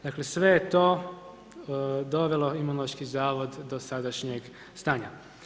Dakle, sve je to dovelo Imunološki zavod do sadašnjeg stanja.